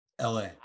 la